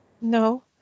No